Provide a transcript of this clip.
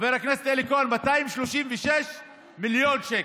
חבר הכנסת אלי כהן, 236 מיליון שקל.